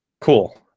cool